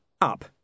up